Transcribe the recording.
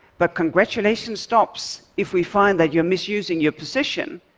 but congratulation stops if we find that you're misusing your position